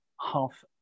half